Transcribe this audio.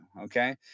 okay